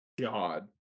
God